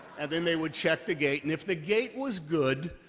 and then they would check the gate. and if the gate was good,